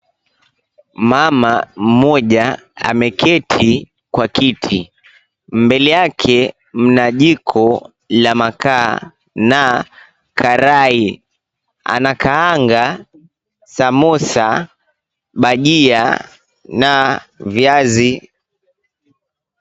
Mama mmoja ameketi kwa kiti. Mbele yake mna jiko la makaa na karai. Anakaanga samosa, bajia na viazi.